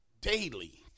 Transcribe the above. daily